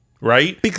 Right